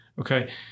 okay